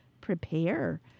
prepare